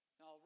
Now